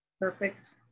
Perfect